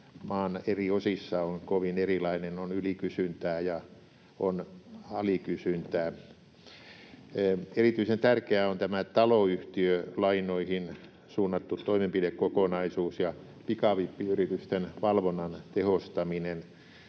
maan eri osissa on kovin erilainen: on ylikysyntää, ja on alikysyntää. Erityisen tärkeitä ovat taloyhtiölainoihin suunnattu toimenpidekokonaisuus ja pikavippiyritysten valvonnan tehostaminen.